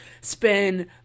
spend